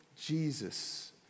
Jesus